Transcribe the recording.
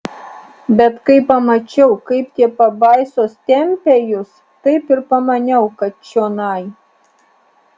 bet kai pamačiau kaip tie pabaisos tempia jus taip ir pamaniau kad čionai